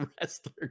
Wrestler